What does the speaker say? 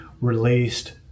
released